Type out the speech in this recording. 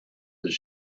his